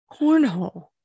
cornhole